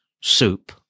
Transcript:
soup